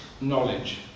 knowledge